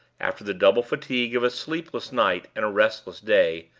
after the double fatigue of a sleepless night and a restless day,